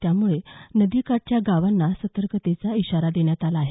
त्यामुळे नदीकाठच्या गावांना सतर्कतेचा इशारा देण्यात आला आहे